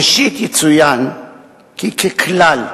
ראשית, יצוין כי ככלל,